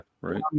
right